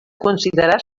considerar